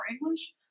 English